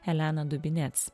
elena dubinets